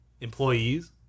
employees